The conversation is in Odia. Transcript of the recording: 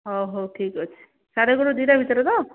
ହେଉ ହେଉ ଠିକ ଅଛି ସାଢ଼େ ଗୋଟେରୁ ଦୁଇଟା ଭିତରେ ତ